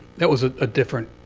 that was a ah different,